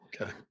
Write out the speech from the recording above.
okay